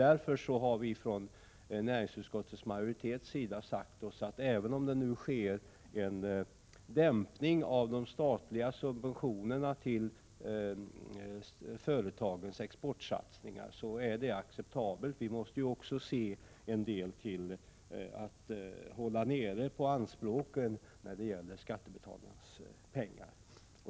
Därför har vi i näringsutskottets majoritet sagt oss att det trots allt är acceptabelt att det nu sker en dämpning av de statliga subventionerna till företagens exportsatsningar. Vi måste ju också se till behovet av att minska anspråken på ökade anslag, eftersom det ju är fråga om skattebetalarnas pengar.